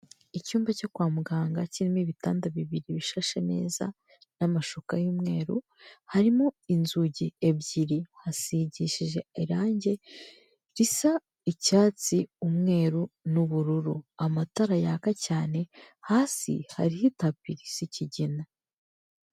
Icyumba cyo kwa muganga kirimo ibitanda bibiri bishashe neza, n'amashuka y'umweru, harimo inzugi ebyiri hasigishije irangi risa icyatsi, umweru n'ubururu. Amatara yaka cyane, hasi hariho itapi isa ikigina.